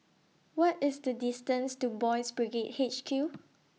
What IS The distance to Boys' Brigade H Q